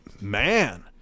man